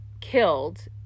killed